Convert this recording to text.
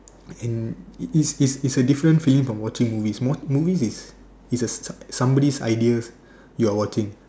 and it's it's it's a different feeling from watching movies more movie is is a somebody's idea you're watching